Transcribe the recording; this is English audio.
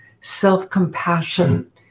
Self-compassion